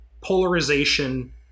polarization